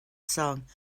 song